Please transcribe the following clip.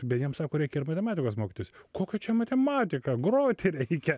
bet jiem sako reikia ir matematikos mokytis kokia čia matematika groti reikia